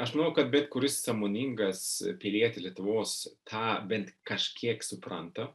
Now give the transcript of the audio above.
aš manau kad bet kuris sąmoningas pilietis lietuvos tą bent kažkiek supranta